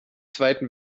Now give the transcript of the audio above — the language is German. zweiten